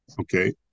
Okay